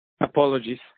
Apologies